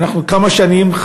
כמה שנים אנחנו,